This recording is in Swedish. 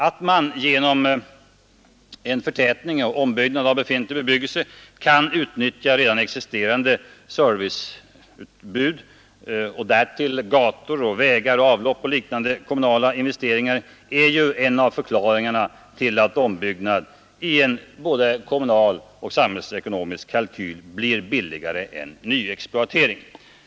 Att man genom förtätning och ombyggnad av befintlig bebyggelse kan utnyttja redan existerande serviceutbud — och därtill gator, vägar, avlopp och liknande kommunala investeringar — är ju en av förklaringarna till att ombyggnad i en både kommunaloch samhällsekonomisk kalkyl blir billigare än nyexploatering.